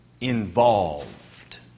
Involved